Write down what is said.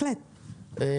אני